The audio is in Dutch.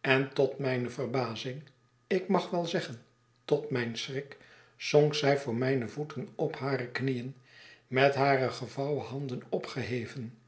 en tot mijne verbazing ik mag wel zeggen tot mijn schrik zonk zij voor mijne voeten op hare knieen met hare gevouwen handen opgeheven